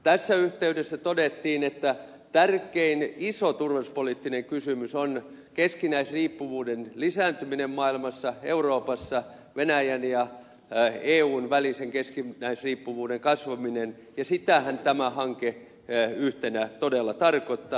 tässä yhteydessä todettiin että tärkein iso turvallisuuspoliittinen kysymys on keskinäisriippuvuuden lisääntyminen maailmassa euroopassa venäjän ja eun välisen keskinäisriippuvuuden kasvaminen ja sitähän tämä hanke yhtenä todella tarkoittaa